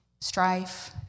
strife